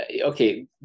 Okay